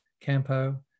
Campo